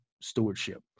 stewardship